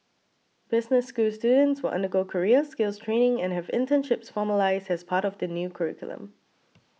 business school students will undergo career skills training and have internships formalised as part of the new curriculum